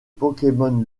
pokémon